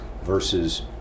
versus